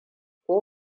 ko